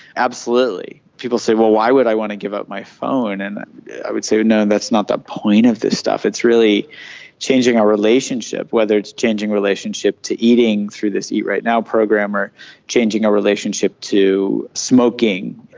absolutely. people say, well, why would i want to give up my phone? and i would say, no, that's not the point of this stuff, it's really changing our relationship, whether it's changing relationship to eating through this eat right now program or changing our relationship to smoking.